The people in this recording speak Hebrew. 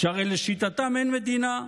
שהרי לשיטתם אין מדינה,